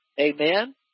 Amen